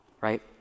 right